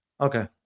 okay